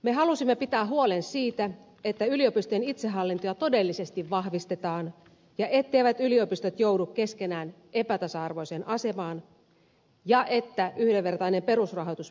me halusimme pitää huolen siitä että yliopistojen itsehallintoa todellisesti vahvistetaan ja etteivät yliopistot joudu keskenään epätasa arvoiseen asemaan ja että yhdenvertainen perusrahoitus pyritään turvaamaan